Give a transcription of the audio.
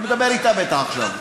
הוא מדבר אתה בטח עכשיו.